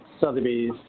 Sotheby's